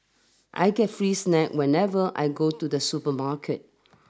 I get free snack whenever I go to the supermarket